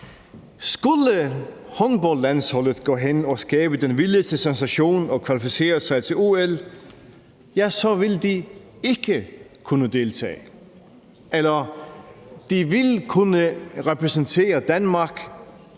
Skulle håndboldlandsholdet gå hen og skabe den vildeste sensation og kvalificere sig til OL, vil de ikke kunne deltage. Eller de vil kunne repræsentere Danmark,